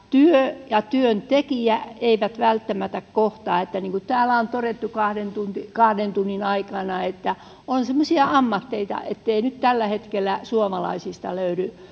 työ ja työntekijä eivät välttämättä kohtaa niin kuin täällä on todettu kahden tunnin aikana on semmoisia ammatteja ettei nyt tällä hetkellä suomalaisista löydy